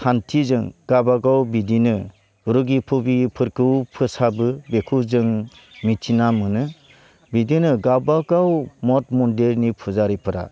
खान्थिजों गाबागाव बिदिनो रुुगि फुगि फोरबोफोरखौ फोसाबो बेखौ जों मिथिना मोनो बिदिनो गाबागाव मद मन्दिरनि फुजारिफ्रा